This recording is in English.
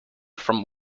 from